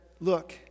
Look